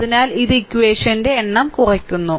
അതിനാൽ ഇത് ഇക്വഷന്റെ എണ്ണം കുറയ്ക്കുന്നു